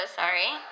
sorry